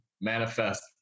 manifest